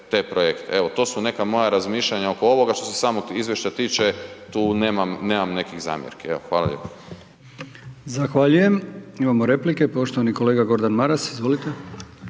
te projekte. Evo, to su neka moja razmišljanja oko ovoga. Što se samog izvještaja tiče tu nemam nekih zamjerki. Evo, hvala lijepo. **Brkić, Milijan (HDZ)** Zahvaljujem. Imamo replike. Poštovani kolega Gordan Maras. Izvolite.